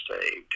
saved